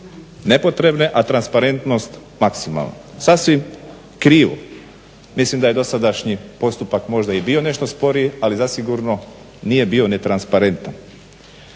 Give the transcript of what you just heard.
nepotrebne a transparentnost maksimalna. Sasvim krivo. Mislim da je dosadašnji postupak možda i bio nešto sporiji ali zasigurno nije bio ni transparentan.